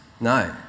No